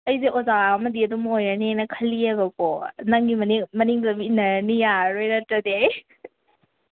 ꯑꯩꯁꯦ ꯑꯣꯖꯥ ꯑꯃꯗꯤ ꯑꯗꯨꯝ ꯑꯣꯏꯔꯅꯤꯅ ꯈꯜꯂꯤꯑꯦꯕꯀꯣ ꯅꯪꯒꯤ ꯃꯅꯤꯡ ꯃꯅꯤꯡꯗꯨꯗ ꯑꯗꯨꯝ ꯏꯟꯅꯔꯅꯤ ꯌꯥꯔꯔꯣꯏ ꯅꯠꯇ꯭ꯔꯗꯤ ꯑꯩ